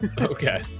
Okay